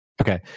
Okay